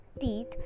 teeth